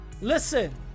listen